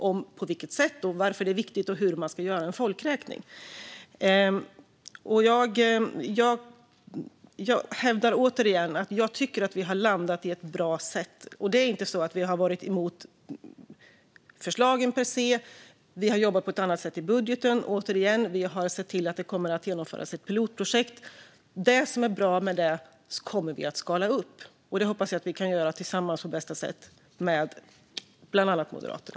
Det handlar om varför det är viktigt att och på vilket sätt man ska göra en folkräkning. Jag hävdar återigen att vi har landat i ett bra sätt. Det är inte så att vi har varit emot förslagen per se. Vi har jobbat på ett annat sätt i budgeten. Återigen, vi har sett till att det kommer att genomföras ett pilotprojekt. Det som blir bra i det kommer vi att skala upp. Det hoppas jag att vi kan göra på bästa sätt, tillsammans med bland andra Moderaterna.